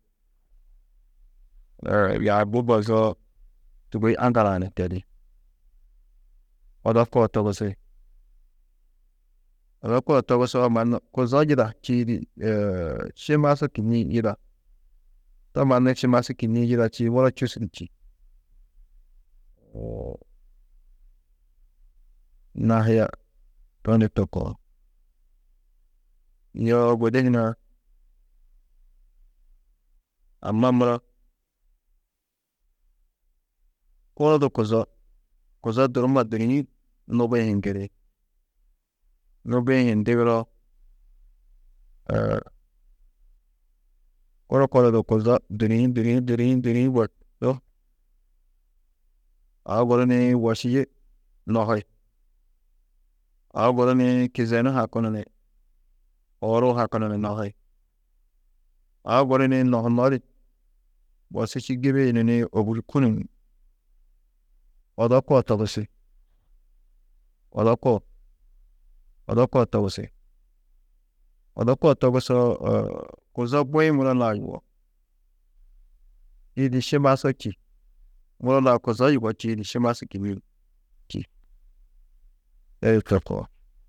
yaabi bozoo sûgoi aŋgal-ã ni tedi, odo koo togusi, odo koo togusoo mannu kuzo yida čîidi šimasu kînniĩ yida, to mannu šimasu kînniĩ yida, čîidi muro čûsu du čî. nahia to ni to koo, yoo gudi hunã amma muro kunu du kuzo, kuzo durumma durîĩ, nubi-ĩ hi ŋgiri. Nubi-ĩ hi ndigiroo, kunu, kunu du kuzo durîĩ, durîĩ, durîĩ, durîĩ, borsu, aũ guru nii wošiyi nohi, aũ guru nii kizenu hakunu ni oor hakunu ni nohi, aũ guru nii nohunodi borsu čî gibiyunu ni ôbulukunu ni odo koo togusi, odo koo, odo koo togusi, odo koo togusoo, kuzo bui-ĩ muro lau yugó, čîidi šimasu čî, muro lau kuzo yugó čîidi šimasu či, muro lau kuzo yugó čîidi, šimasu kînniĩ čî, toi to koo.